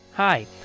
Hi